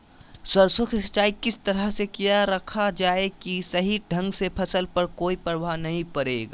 सरसों के सिंचाई किस तरह से किया रखा जाए कि सही ढंग से फसल पर कोई प्रभाव नहीं पड़े?